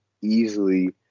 easily